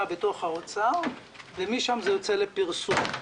בתוך משרד האוצר ומשם זה יוצא לפרסום.